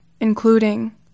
including